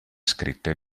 scritte